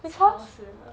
吵死人了